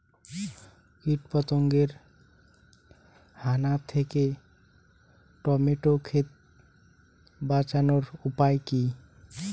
কীটপতঙ্গের হানা থেকে টমেটো ক্ষেত বাঁচানোর উপায় কি?